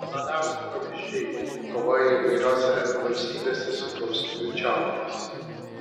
banaliausi pavyzdžiai kova įvairiose valstybėse su praustuvių čiaupais